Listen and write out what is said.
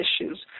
issues